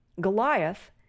Goliath